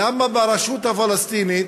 למה ברשות הפלסטינית,